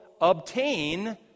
obtain